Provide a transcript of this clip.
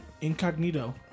incognito